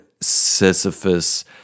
Sisyphus